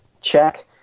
check